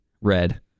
red